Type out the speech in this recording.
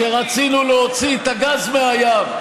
כשרצינו להוציא את הגז מהים,